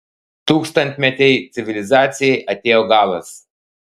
tūkstantmetei civilizacijai atėjo galas